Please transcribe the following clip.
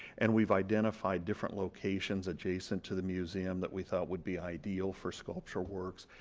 and we've identified different locations adjacent to the museum that we thought would be ideal for sculptural works,